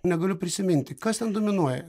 negaliu prisiminti kas ten dominuoja